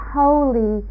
holy